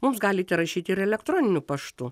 mums galite rašyti ir elektroniniu paštu